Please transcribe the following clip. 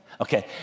Okay